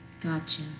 Gotcha